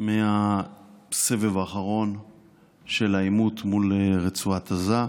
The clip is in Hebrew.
מהסבב האחרון של העימות מול רצועת עזה,